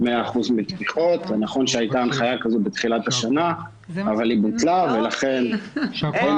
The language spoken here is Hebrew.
נכון שהייתה הנחיה כזו בתחילת השנה אבל היא בוטלה ולכן אין